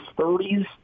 30s